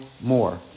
more